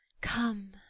Come